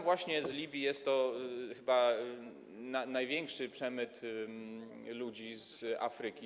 Właśnie z Libii jest chyba największy przemyt ludzi z Afryki.